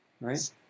Right